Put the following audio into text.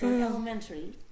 Elementary